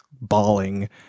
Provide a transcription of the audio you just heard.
bawling